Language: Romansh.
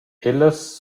ellas